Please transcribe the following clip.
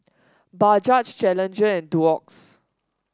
Bajaj Challenger and Doux